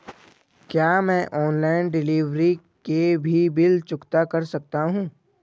क्या मैं online delivery के भी बिल चुकता कर सकता हूँ?